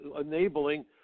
enabling